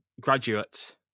graduates